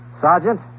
Sergeant